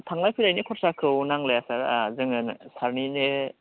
थांलाय फैलायनि खरसाखौ नांलाया सार जोङो सारनिनो